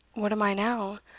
what am i now,